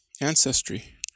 ancestry